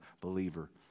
believer